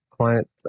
client